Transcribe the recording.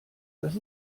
dass